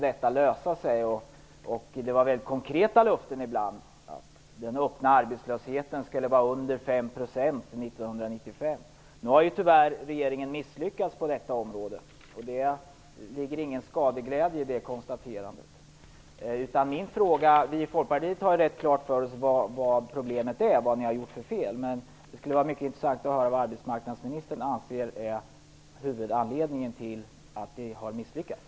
Det var väldigt konkreta löften ibland. Den öppna arbetslösheten skulle vara under 5 % 1995. Nu har regeringen tyvärr misslyckats på detta område. Det ligger ingen skadeglädje i det konstaterandet. Vi i Folkpartiet har rätt klart för oss vilket problemet är och vad ni har gjort för fel, men det skulle vara mycket intressant att höra vad arbetsmarknadsministern anser är huvudanledningen till att det har misslyckats.